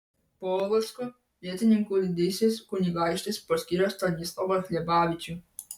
polocko vietininku didysis kunigaikštis paskyrė stanislovą hlebavičių